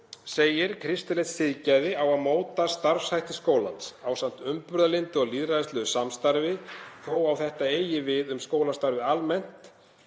segir: „Kristilegt siðgæði á að móta starfshætti skólans ásamt umburðarlyndi og lýðræðislegu samstarfi. Þó að þetta eigi við um skólastarfið almennt